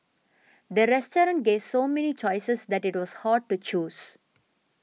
the restaurant gave so many choices that it was hard to choose